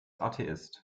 atheist